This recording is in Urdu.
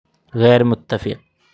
غیر متفق